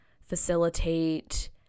facilitate